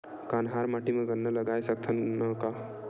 कन्हार माटी म गन्ना लगय सकथ न का?